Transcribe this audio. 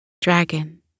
dragon